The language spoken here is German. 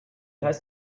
heißt